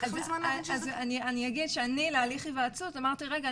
אז אני אגיד שאני להליך היוועצות אמרתי רגע,